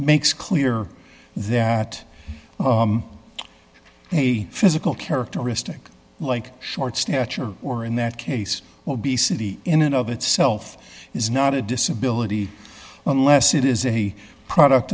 makes clear that a physical characteristic like short stature or in that case will be city in and of itself is not a disability unless it is a product